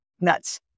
nuts